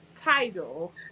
title